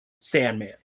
Sandman